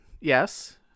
Yes